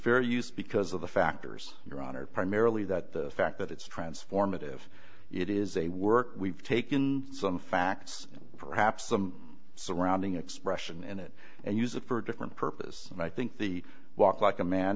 fair use because of the factors your honor primarily that the fact that it's transformative it is a work we've taken some facts perhaps some surrounding expression in it and use it for a different purpose and i think the walk like a man